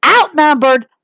outnumbered